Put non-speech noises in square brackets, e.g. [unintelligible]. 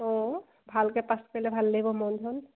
অঁ ভালকে পাছ কৰিলে ভাল লাগিব মন [unintelligible]